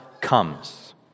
comes